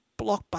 blockbuster